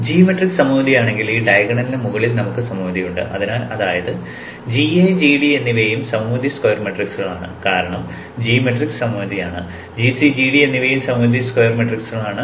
g matrix സമമിതി ആണെങ്കിൽ ഈ ഡയഗണലിന് മുകളിൽ നമുക്ക് സമമിതിയുണ്ട് അതിനാൽ അതായത് gA gD എന്നിവയും സമമിതി സ്ക്വയർ മെട്രിക്സുകളാണ് കാരണം G മാട്രിക്സ് സമമിതിയാണ് gC gD എന്നിവയും സമമിതി സ്ക്വയർ മെട്രിക്സുകളാണ്